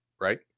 right